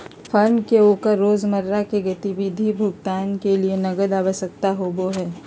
firm के ओकर रोजमर्रा के गतिविधि भुगतान के लिये नकद के आवश्यकता होबो हइ